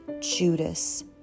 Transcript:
Judas